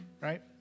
Right